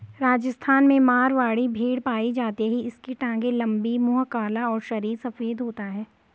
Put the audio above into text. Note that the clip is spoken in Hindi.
राजस्थान में मारवाड़ी भेड़ पाई जाती है इसकी टांगे लंबी, मुंह काला और शरीर सफेद होता है